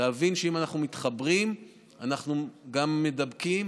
להבין שאם אנחנו מתחברים אנחנו גם מידבקים.